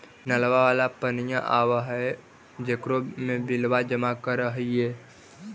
नलवा वाला पनिया आव है जेकरो मे बिलवा जमा करहिऐ?